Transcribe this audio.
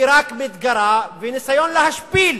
היא רק מתגרה בניסיון להשפיל